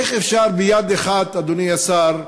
איך אפשר מצד אחד, אדוני השר,